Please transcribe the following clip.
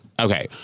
Okay